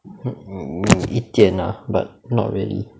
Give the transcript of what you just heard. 一点 ah but not really